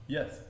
Yes